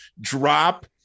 drop